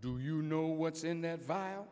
do you know what's in that vile